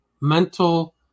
mental